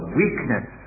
weakness